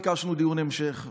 ביקשנו דיון המשך,